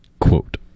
Quote